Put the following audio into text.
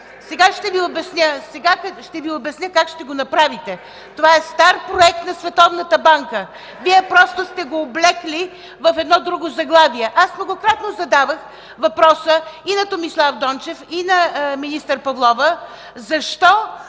Сега ще Ви обясня как ще го направите. Това е стар проект на Световната банка. (Оживление в ГЕРБ и РБ.) Вие просто сте го облекли в едно друго заглавие. Аз многократно зададох въпроса и на Томислав Дончев, и на министър Павлова: след